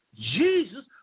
Jesus